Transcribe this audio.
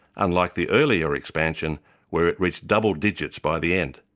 unlike the earlier expansion where it reached double digits by the end.